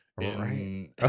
right